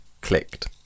clicked